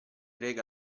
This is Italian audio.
reca